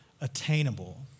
attainable